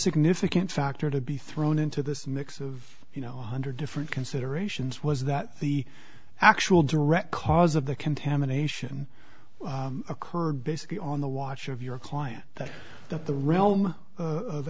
significant factor to be thrown into this mix of you know hundred different considerations was that the actual direct cause of the contamination occurred basically on the watch of your client that that the realm of